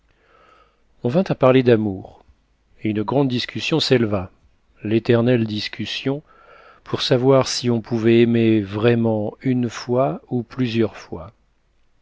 on vint à parler d'amour et une grande discussion s'éleva l'éternelle discussion pour savoir si on pouvait aimer vraiment une fois ou plusieurs fois